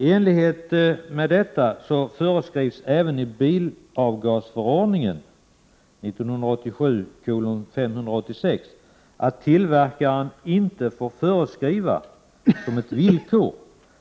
I enlighet med detta föreskrivs även i bilavgasförordningen att tillverkaren inte får föreskriva som ett villkor